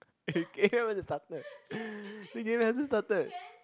the game hasn't even started the game hasn't started